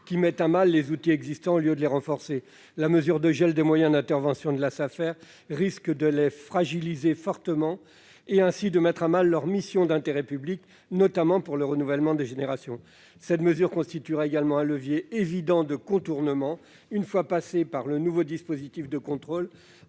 qui met à mal les outils existants au lieu de les renforcer. En gelant les moyens d'intervention des Safer, on risque de les fragiliser fortement et ainsi de menacer leurs missions d'intérêt public, notamment pour le renouvellement des générations. Cette mesure constituerait également une voie évidente de contournement : en passant par le nouveau dispositif de contrôle,